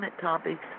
topics